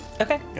okay